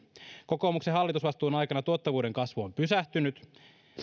kokoomuksen hallitusvastuun aikana tuottavuuden kasvu on pysähtynyt